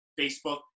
Facebook